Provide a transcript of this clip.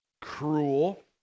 cruel